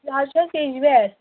یہِ حظ چھِ اَسہِ وِیَجبِیارِ